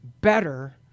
better